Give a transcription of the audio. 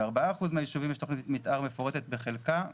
ב-4% מהישובים יש תכנית מתאר מפורטת בחלקה בתוקף.